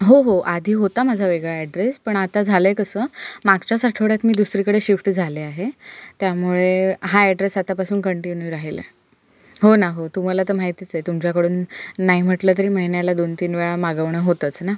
हो हो आधी होता माझा वेगळा ॲड्रेस पण आता झालं आहे कसं मागच्याच आठवड्यात मी दुसरीकडे शिफ्ट झाले आहे त्यामुळे हा ॲड्रेस आतापासून कंटिन्यू राहील हो ना हो तुम्हाला तर माहितीच आहे तुमच्याकडून नाही म्हटलं तरी महिन्याला दोन तीन वेळा मागवणं होतंच ना